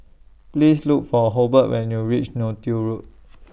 Please Look For Hobert when YOU REACH Neo Tiew Road